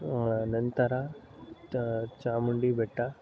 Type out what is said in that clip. ನಂತರ ತ ಚಾಮುಂಡಿ ಬೆಟ್ಟ